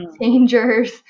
dangers